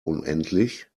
unendlich